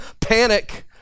panic